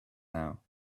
now